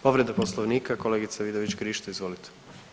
Povreda Poslovnika kolegica Vidović Krišto, izvolite.